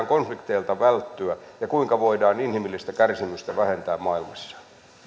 konflikteilta välttyä ja kuinka voidaan inhimillistä kärsimystä vähentää maailmassa